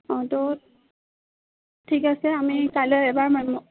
অঁ তো ঠিক আছে আমি কাইলৈ এবাৰ মে'মৰ